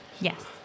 Yes